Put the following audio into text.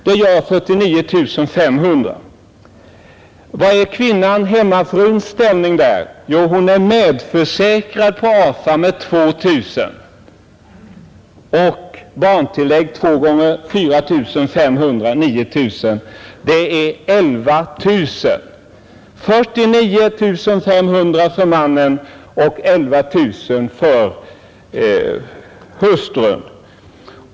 Det gör 49 500. Vad är kvinnan-hemmafruns ställning värd? Jo, hon är medförsäkrad i AFA med 2 000 kronor, och barntillägget är 2 x 4 500, alltså 9 000. Det gör 11 000. Alltså 49 500 för mannen och 11 000 för hustrun!